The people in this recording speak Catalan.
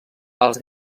els